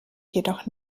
jedoch